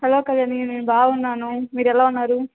hello Kalyani నేను బాగున్నాను మీరు ఎలా ఉన్నారు